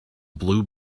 blue